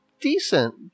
decent